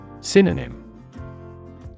Synonym